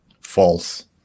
False